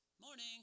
Morning